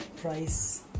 Price